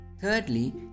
Thirdly